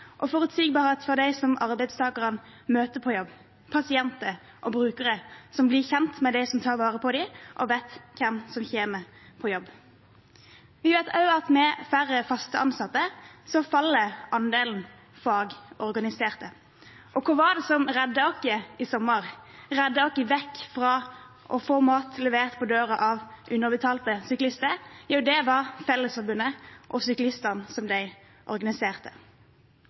og forutsigbarhet for dem som arbeidstakerne møter på jobb, pasienter og brukere, som blir kjent med dem som tar vare på dem, og som vet hvem som kommer på jobb. Vi vet også at med færre fast ansatte faller andelen fagorganiserte. Og hva var det som reddet oss i sommer – reddet oss vekk fra å få mat levert på døra av underbetalte syklister? Jo, det var Fellesforbundet og syklistene som de organiserte.